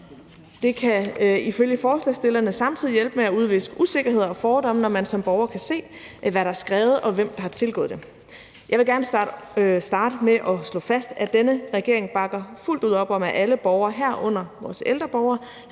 Det kan ifølge forslagsstillerne samtidig hjælpe med at udviske usikkerhed og fordomme, når man som borger kan se, hvad der er skrevet, og hvem der har tilgået det. Jeg vil gerne starte med at slå fast, at denne regering bakker fuldt ud op om, at alle borgere, herunder vores ældre borgere,